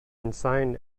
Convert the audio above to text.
insane